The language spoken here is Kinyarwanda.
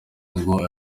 ngo